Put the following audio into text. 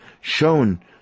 shown